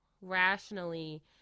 rationally